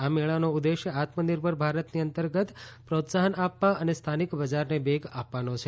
આ મેળાનો ઉદ્દેશ્ય આત્મનિર્ભર ભારતની અંતર્ગત પ્રોત્સાહન આપવા અને સ્થાનિક બજારને વેગ આપવાનો છે